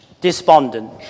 despondent